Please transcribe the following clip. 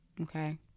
Okay